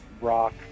rock